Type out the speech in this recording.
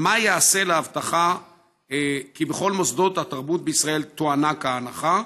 3. מה ייעשה להבטחה כי בכל מוסדות התרבות בישראל תוענק ההנחה,